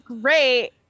great